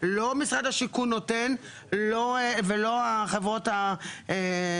לא משרד השיכון נותן ולא החברות המאכלסות.